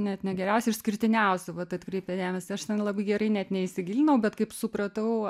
net ne geriausių išskirtiniausių vat atkreipė dėmesį aš ten labai gerai net neįsigilinau bet kaip supratau